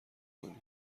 کنی